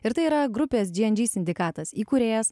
ir tai yra grupės džy en džy sindikatas įkūrėjas